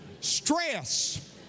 Stress